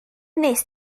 wnest